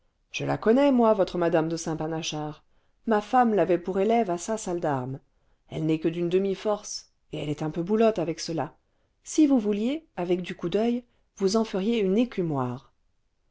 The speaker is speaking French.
je la connais moi votre madame de saint panachard ma femme l'avait pour élève à sa salle d'armes elle n'est que d'une demi force et elle est un peu boulotte avec cela si vous vouliez avec du coup d'oeil vous en feriez une